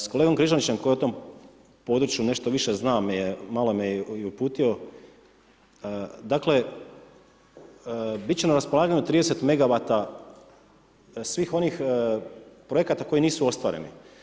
S kolegom Križanićem koji o tom području nešto više zna, malo me i uputio dakle, bit će na raspolaganju 30 megawata svih onih projekata koji nisu ostvareni.